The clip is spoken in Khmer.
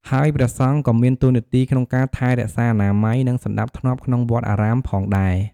ហើយព្រះសង្ឃក៏មានតួនាទីក្នុងការថែរក្សាអនាម័យ និងសណ្ដាប់ធ្នាប់ក្នុងវត្តអារាមផងដែរ។